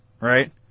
Right